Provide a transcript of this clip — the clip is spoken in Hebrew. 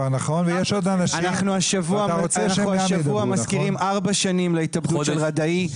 אנחנו השבוע מזכירים ארבע שנים להתאבדות של רדאי,